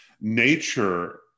Nature